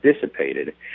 dissipated